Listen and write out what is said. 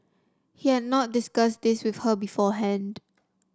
he had not discussed this with her beforehand